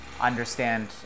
understand